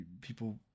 people